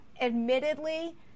Admittedly